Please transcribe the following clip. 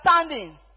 understanding